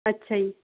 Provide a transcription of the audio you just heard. ਅੱਛਾ ਜੀ